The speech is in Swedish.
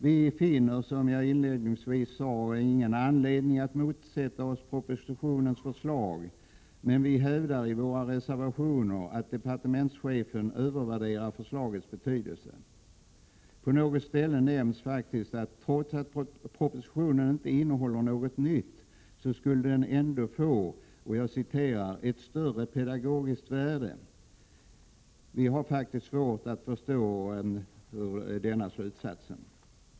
Vi finner, som jag inledningsvis sade, ingen anledning att motsätta oss propositionens förslag, men vi hävdar i våra reservationer att departementschefen övervärderar förslagets betydelse. På något ställe nämns faktiskt att propositionen, trots att den inte innehåller något nytt, ändå skulle få ”ett större pedagogiskt värde”. Vi har faktiskt svårt att förstå den slutsatsen.